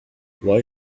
why